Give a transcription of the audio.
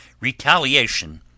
retaliation